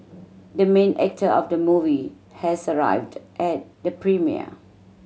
the main actor of the movie has arrived at the premiere